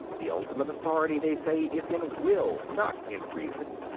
the ultimate authority, they say, is in will, not in reason.